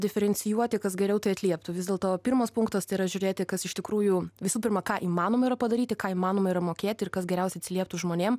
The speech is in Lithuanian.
diferencijuoti kas geriau tai atlieptų vis dėlto pirmas punktas yra žiūrėti kas iš tikrųjų visų pirma ką įmanoma yra padaryti ką įmanoma yra mokėti ir kas geriausiai atsilieptų žmonėm